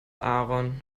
aaron